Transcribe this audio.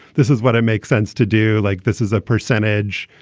this is what it makes sense to do, like this as a percentage,